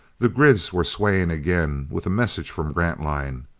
the grids were swaying again with a message from grantline.